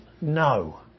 No